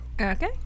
Okay